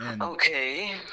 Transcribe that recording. Okay